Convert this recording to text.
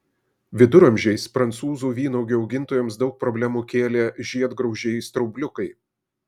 viduramžiais prancūzų vynuogių augintojams daug problemų kėlė žiedgraužiai straubliukai